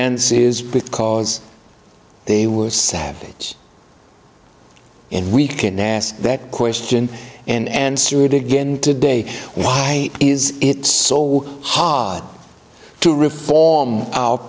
ends is because they were savage and we can ask that question and answer it again today why is it so hot to reform